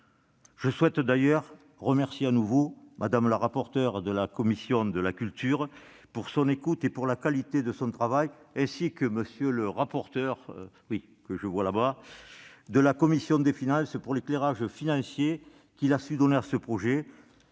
Je souhaite d'ailleurs remercier de nouveau Mme la rapporteure de la commission de la culture de son écoute et de la qualité de son travail, ainsi que M. le rapporteur pour avis de la commission des finances de l'éclairage financier qu'il a su donner sur ce texte.